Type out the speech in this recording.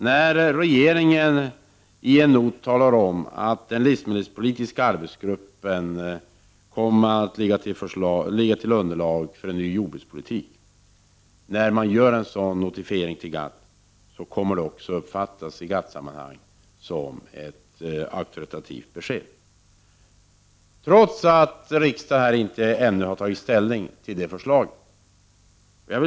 När regeringen i en not talar om att den livsmedelspolitiska gruppens arbete kommer att ligga som underlag för en ny jordbrukspolitik, kommer det av GATT att uppfattas som ett auktoritativt besked, trots att riksdagen ännu inte har tagit ställning till förslaget i fråga.